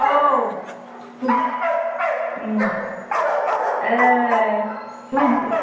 औ ए